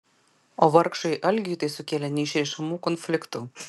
o vargšui algiui tai sukėlė neišrišamų konfliktų